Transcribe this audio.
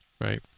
Right